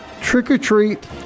trick-or-treat